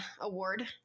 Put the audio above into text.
award